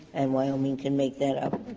and wyoming can make that up?